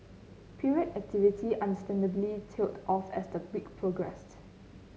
period activity understandably tailed off as the week progressed